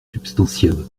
substantiel